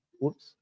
Whoops